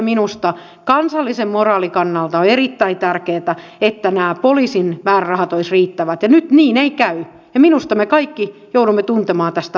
tämä asia on ollut loppuun käsitelty jo aikoja sitten ja tämä nyt nähtävä arvoton poliittinen näytelmä on ollut alun perin tarpeeton